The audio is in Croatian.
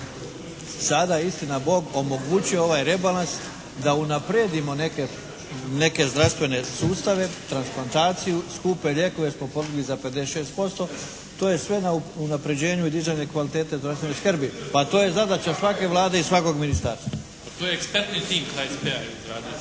sada istina Bog omogući ovaj rebalans da unaprijedimo neke zdravstvene sustave, transplantaciju, skupe lijekove smo …/Govornik se ne razumije./… za 56%. To je sve na unapređenju dizanje kvalitete zdravstvene skrbi. Pa to je zadaća svake Vlade i svakog ministarstva. **Bebić, Luka